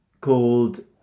called